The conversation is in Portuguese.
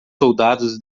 soldados